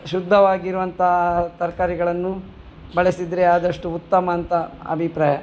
ಶುದ್ಧವಾಗಿರುವಂಥ ತರಕಾರಿಗಳನ್ನು ಬಳದರೆ ಆದಷ್ಟು ಉತ್ತಮ ಅಂತ ಅಭಿಪ್ರಾಯ